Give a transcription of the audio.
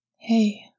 Hey